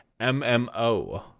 MMO